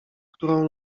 którą